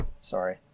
Sorry